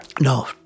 No